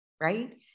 right